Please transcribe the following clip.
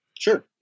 Sure